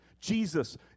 Jesus